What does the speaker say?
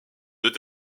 deux